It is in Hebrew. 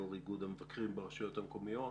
יושבת ראש איגוד המבקרים ברשויות המקומיות.